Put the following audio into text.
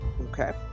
okay